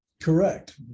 correct